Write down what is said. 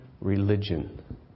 religion